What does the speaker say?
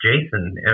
Jason